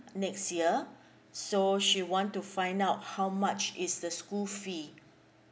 next year so she want to find out how much is the school fee